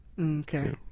okay